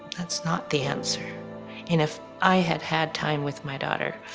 that's not the answer. and if i had had time with my daughter